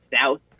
south